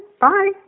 Bye